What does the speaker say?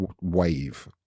wave